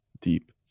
Deep